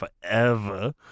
forever